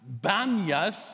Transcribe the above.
Banyas